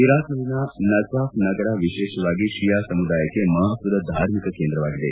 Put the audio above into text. ಇರಾಕ್ನಲ್ಲಿನ Najaf ನಗರ ವಿಶೇಷವಾಗಿ ಶಿಯಾ ಸಮುದಾಯಕ್ಕೆ ಮಹತ್ವದ ಧಾರ್ಮಿಕ ಕೇಂದ್ರವಾಗಿದೆ